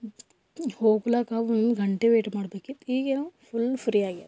ಹೋಗ್ಲಾಕ್ಕೆ ಒಂದು ಗಂಟೆ ವೆಯ್ಟ್ ಮಾಡ್ಬೇಕಿತ್ತು ಈಗೇನು ಫುಲ್ ಫ್ರೀ ಆಗ್ಯಾದ